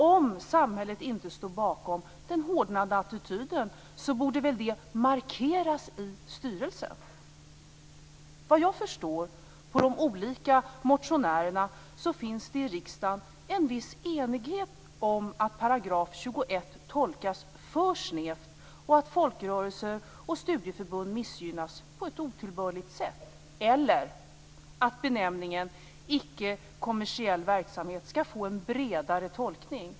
Om samhället inte står bakom den hårdnande attityden, borde väl detta markeras i styrelsen. Såvitt jag förstår av motionärernas argumentation finns det i riksdagen en viss enighet om att 21 § tolkas för snävt och att folkrörelser och studieförbund missgynnas på ett otillbörligt sätt. Man vill alltså att benämningen icke kommersiell verksamhet skall få en bredare tolkning.